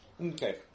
Okay